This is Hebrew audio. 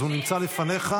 אז הוא נמצא לפניך.